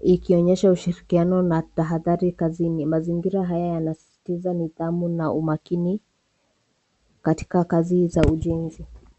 ikionyesha ushirikiano na tahadhari kazini. Mazingira haya yanasisitiza nidhamu na umakini, katika kazi za ujenzi.